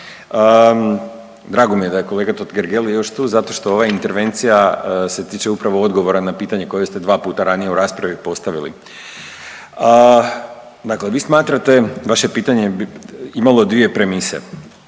Drago mi je da je kolega Totgergeli još tu zato što ova intervencija se tiče upravo odgovora na pitanje koje ste dva puta ranije u raspravi postavili. Dakle, vi smatrate, vaše pitanje je imalo dvije premise.